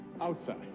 outside